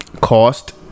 cost